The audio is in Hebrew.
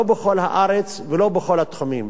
לא בכל הארץ ולא בכל התחומים.